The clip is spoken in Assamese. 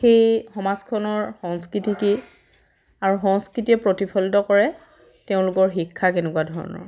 সেই সমাজখনৰ সংস্কৃতি কি আৰু সংস্কৃতিয়ে প্ৰতিফলিত কৰে তেওঁলোকৰ শিক্ষা কেনেকুৱা ধৰণৰ